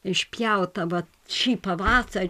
išpjauta va šį pavasa